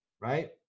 Right